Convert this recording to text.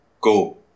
Go